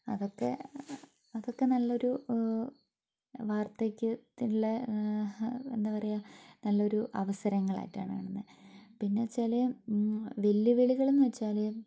അതൊക്കെ അതൊക്കെ നല്ലൊരു വാർദ്ധക്യത്തിലെ എന്താ പറയുക നല്ലൊരു അവസരങ്ങളായിട്ടാണ് കാണുന്നത് പിന്നെ വച്ചാൽ വെല്ലുവിളികൾ എന്നുവെച്ചാൽ